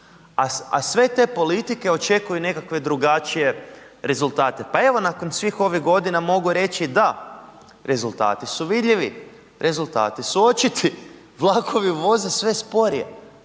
a sve te politike očekuju nekakve drugačije rezultate. Pa evo, nakon svih ovih godina mogu reći, da, rezultati su vidljivi. Rezultati su očiti. Vlakovi voze sve sporije